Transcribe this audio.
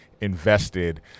invested